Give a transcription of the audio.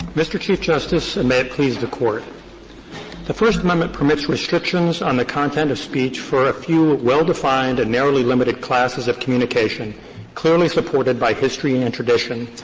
mr. chief justice and may it please the court. the first amendment permits restrictions on the content of speech for a few well-defined, narrowly limited classes of communication clearly supported by history and and tradition,